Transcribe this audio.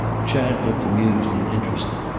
chad looked amused and interested,